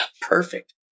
perfect